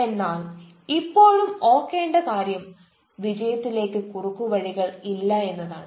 എന്നാൽ ഇപ്പോഴും ഓർക്കേണ്ട കാര്യം വിജയത്തിലേക്ക് കുറുക്കു വഴികൾ ഇല്ല എന്നതാണ്